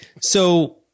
So-